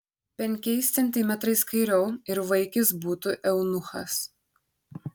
penkiais centimetrais kairiau ir vaikis būtų eunuchas